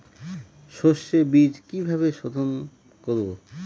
সর্ষে বিজ কিভাবে সোধোন করব?